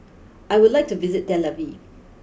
I would like to visit Tel Aviv